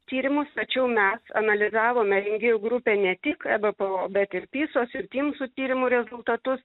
tyrimus tačiau mes analizavome rengėjų grupę ne tik ebpo bet ir pisos ir tymsų tyrimų rezultatus